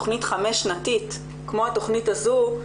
תכנית חמש-שנתית כמו התכנית הזו,